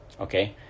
okay